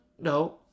no